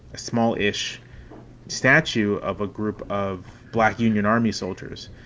small ish statue of a group of black union army soldiers.